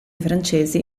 francesi